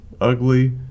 ugly